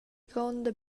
gronda